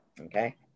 Okay